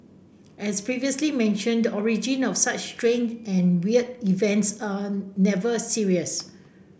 as previously mentioned the origin of such strange and weird events are never serious